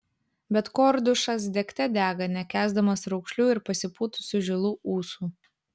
bet kordušas degte dega nekęsdamas raukšlių ir pasipūtusių žilų ūsų